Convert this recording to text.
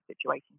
situation